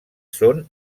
són